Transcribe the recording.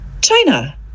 china